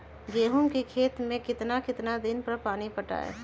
गेंहू के खेत मे कितना कितना दिन पर पानी पटाये?